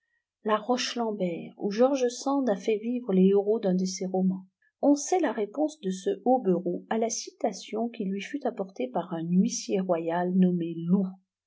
la roche lambert où george sand a fait vivre les héros d'un de ses romans on sait la réponse de ce hobereau à la citation qui lui fut apportée par un huissier royal nommé loup